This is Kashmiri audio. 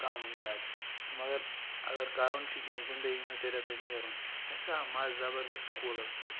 کَم زیادٕ تہٕ مَگَر اگر کَرُن چھُ کینٛہہ زِندَگی مَنٛز تیٚلہِ ہَسا چھُ نیرُن اَسہِ ہسا آو مَزٕ زَبردَست سُکوٗلَس سۭتۍ